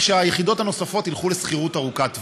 שהיחידות הנוספות ילכו לשכירות ארוכת טווח.